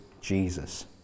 Jesus